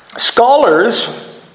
Scholars